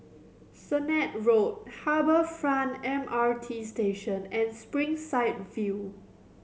Sennett Road Harbour Front M R T Station and Springside View